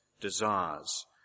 desires